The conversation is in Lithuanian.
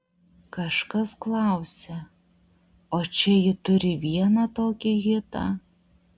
kažkas klausė o čia ji turi vieną tokį hitą